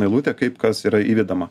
eilutė kaip kas yra įvedama